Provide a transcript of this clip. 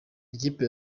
ikipe